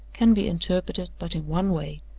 can be interpreted but in one way.